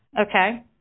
okay